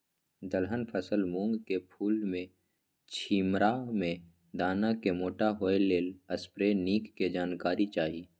दलहन फसल मूँग के फुल में छिमरा में दाना के मोटा होय लेल स्प्रै निक के जानकारी चाही?